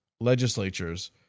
legislatures